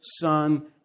Son